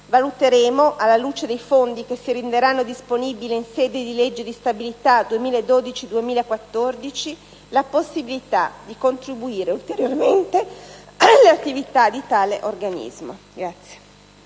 Valuteremo, alla luce dei fondi che si renderanno disponibili in sede di legge di stabilità 2012-2014, la possibilità di contribuire ulteriormente alle attività di tale organismo.